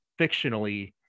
fictionally